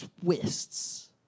twists